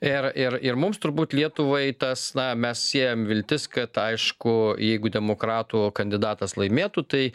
ir ir ir mums turbūt lietuvai tas na mes siejam viltis kad aišku jeigu demokratų kandidatas laimėtų tai